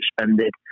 suspended